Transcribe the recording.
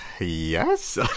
Yes